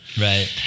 Right